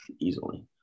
easily